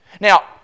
Now